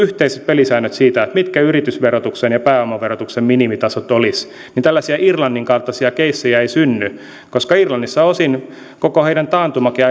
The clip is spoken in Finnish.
yhteiset pelisäännöt siitä mitkä yritysverotuksen ja pääomaverotuksen minimitasot olisivat niin tällaisia irlannin kaltaisia keissejä ei synny irlannissa osin koko taantumakin